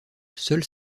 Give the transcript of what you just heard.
seule